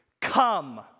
come